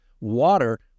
water